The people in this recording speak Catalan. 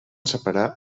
separar